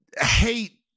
hate